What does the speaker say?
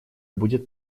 будет